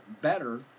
better